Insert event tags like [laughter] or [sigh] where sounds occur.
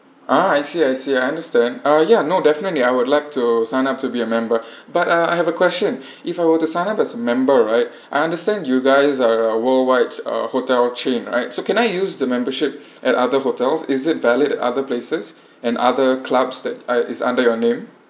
ah I see I see I understand uh ya no definitely I would like to sign up to be a member [breath] but uh I have a question [breath] if I were to sign up as a member right I understand you guys are a worldwide uh hotel chain right so can I use the membership at other hotels is it valid at other places and other clubs that uh is under your name